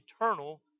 eternal